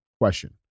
question